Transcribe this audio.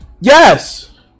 Yes